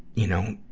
you know,